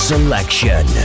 Selection